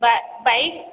ବା ବାଇକ୍